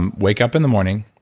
um wake up in the morning.